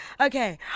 Okay